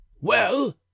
Well